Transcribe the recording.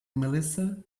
melissa